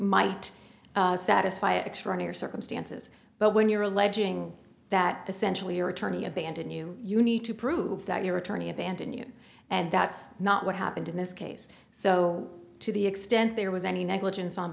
might satisfy extraordinary circumstances but when you're alleging that essentially your attorney abandoned you you need to prove that your attorney abandoned you and that's not what happened in this case so to the extent there was any negligence on